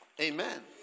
Amen